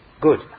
good